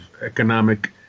economic